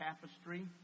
tapestry